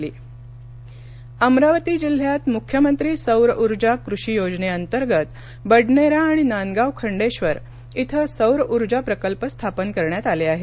सौर ऊर्जा अमरावती अमरावती जिल्ह्यात मुख्यमंत्री सौर ऊर्जा कृषी योजनेअंतर्गत बडनेरा आणि नांदगाव खंडेश्वर इथं सौर ऊर्जा प्रकल्प स्थापन करण्यात आले आहेत